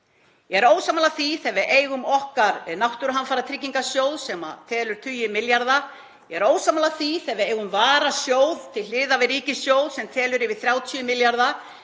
Ég er ósammála því þegar við eigum okkar náttúruhamfaratryggingasjóð sem telur tugi milljarða. Ég er ósammála því þegar við eigum varasjóð til hliðar við ríkissjóð sem telur yfir 30 milljarða.